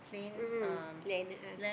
mmhmm land a'ah